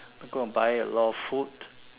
go and buy a lot of food